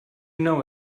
know